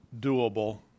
doable